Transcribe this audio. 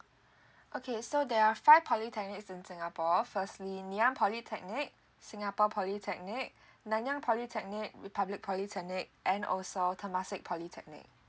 okay so there are five polytechnics in singapore firstly ngee ann polytechnic singapore polytechnic nanyang polytechnic republic polytechnic and also temasek polytechnic